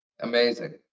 Amazing